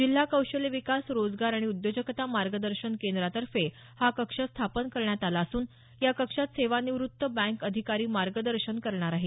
जिल्हा कौशल्य विकास रोजगार आणि उद्योजकता मार्गदर्शन केंद्रातर्फे हा कक्ष स्थापन करण्यात आला असून या कक्षात सेवानिवृत्त बँक अधिकारी मार्गदर्शन करणार आहेत